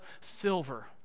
silver